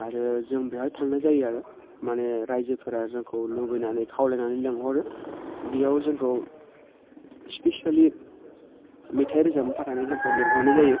आरो जों बेवहाय थांनाय जायो आरो माने रायजोफोरा जोंखौ लुबैनानै खावलायनानै लिंहरो बियाव जोंखौ स्पिसेलि मेथाइ रोजाबनो थाखायनो जोंखौ लिंहरनाय जायो